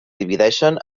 divideixen